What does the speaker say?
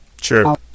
Sure